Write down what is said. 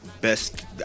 best